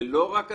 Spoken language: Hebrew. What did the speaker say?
זה לא רק הספורט,